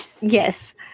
Yes